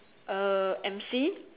a emcee